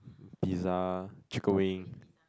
pizza chicken wing